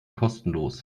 kostenlos